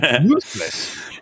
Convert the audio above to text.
useless